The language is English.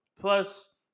Plus